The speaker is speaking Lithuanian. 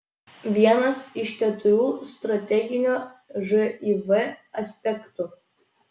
vienas iš keturių strateginio živ aspektų